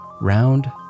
round